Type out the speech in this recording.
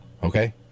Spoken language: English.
Okay